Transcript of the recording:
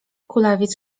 kulawiec